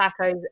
tacos